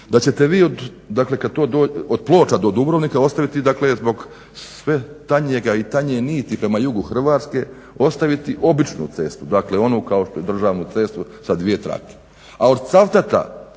da ćete vi od Ploča do Dubrovnika ostaviti zbog sve tanje niti prema jugu Hrvatske ostaviti običnu cestu, dakle onu kao što je državna cesta sa dvije trake.